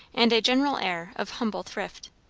and a general air of humble thrift.